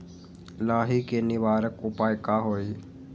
लाही के निवारक उपाय का होई?